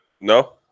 No